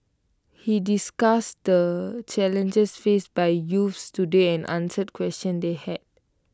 he discussed the challenges faced by youths today and answered questions they had